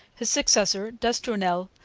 his successor, d'estournel,